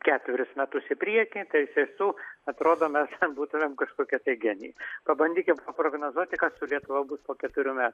ketverius metus į priekį tai iš tiesų atrodo mes būtumėm kažkokie tai genijai pabandykim paprognozuoti kas su lietuva bus po keturių metų